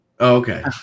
Okay